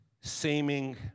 seeming